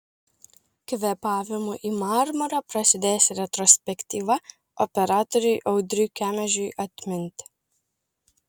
kvėpavimu į marmurą prasidės retrospektyva operatoriui audriui kemežiui atminti